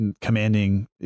commanding